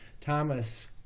Thomas